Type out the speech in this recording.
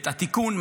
התיקון,